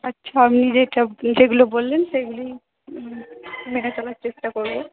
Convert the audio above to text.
আচ্ছা আপনি যেটা যেগুলো বললেন সেইগুলোই মেনে চলার চেষ্টা করবো